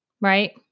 right